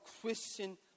Christian